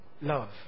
Love